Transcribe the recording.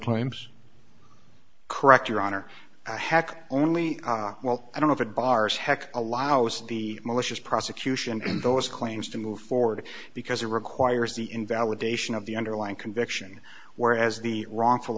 claims correct your honor hack only well i don't know if it bars hec allows the malicious prosecution and those claims to move forward because it requires the invalidation of the underlying conviction whereas the wrongful